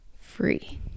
free